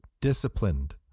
disciplined